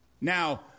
Now